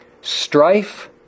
strife